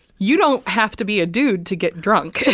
you don't have to be a dude to get drunk.